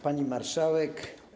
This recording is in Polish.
Pani Marszałek!